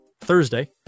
Thursday